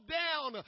down